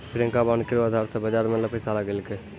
Priyanka bond केरो अधार से बाजार मे पैसा लगैलकै